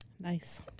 Nice